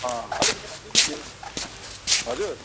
अँ अलिक मिलाइ दिनु नि हौ हजुर